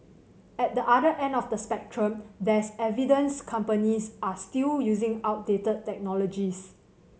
at the other end of the spectrum there's evidence companies are still using outdated technologies